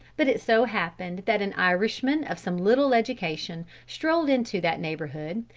but it so happened that an irishman of some little education strolled into that neighborhood,